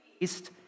east